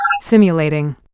simulating